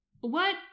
What